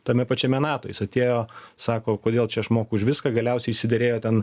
tame pačiame nato jis atėjo sako kodėl čia aš moku už viską galiausiai išsiderėjo ten